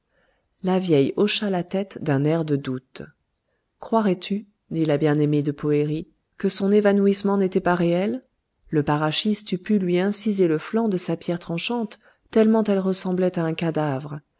la vieille hocha la tête d'un air de doute croirais-tu dit la bien-aimée de poëri que son évanouissement n'était pas réel le paraschiste eût pu lui inciser le flanc de sa pierre tranchante tellement elle ressemblait à un cadavre